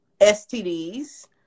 STDs